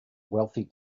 wealthy